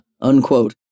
unquote